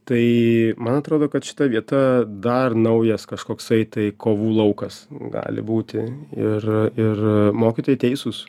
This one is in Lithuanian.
tai man atrodo kad šita vieta dar naujas kažkoksai tai kovų laukas gali būti ir ir mokytojai teisūs